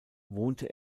wohnte